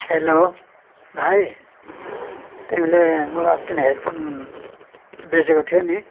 hello भाइ तिमीले मलाई अस्ति नै हेडफोन बेचेको थियो नि